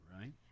right